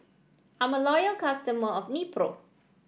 I'm a loyal customer of Nepro